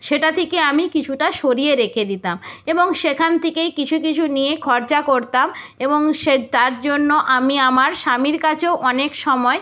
সেটা থেকে আমি কিছুটা সরিয়ে রেখে দিতাম এবং সেখান থেকেই কিছু কিছু নিয়ে খরচা করতাম এবং সে তার জন্য আমি আমার স্বামীর কাছেও অনেক সময়